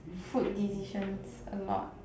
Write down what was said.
food decisions a lot